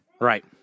Right